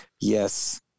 Yes